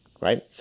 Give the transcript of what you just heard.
right